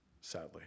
sadly